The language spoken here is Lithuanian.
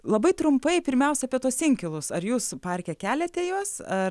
labai trumpai pirmiausia apie tuos inkilus ar jūs parke keliate juos ar